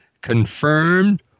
confirmed